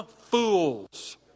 fools